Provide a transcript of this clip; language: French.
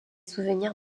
souvenirs